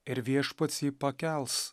ir viešpats jį pakels